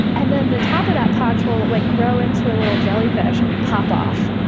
and then the top of that ponch will like grow into a little jellyfish and pop off.